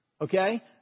okay